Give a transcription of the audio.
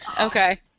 okay